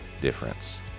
difference